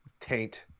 taint